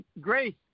Grace